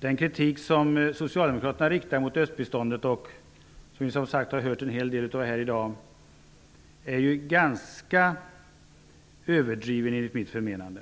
Den kritik som Socialdemokraterna riktar mot östbiståndet, som vi har hört en hel del av här i dag, är enligt mitt förmenande ganska överdriven.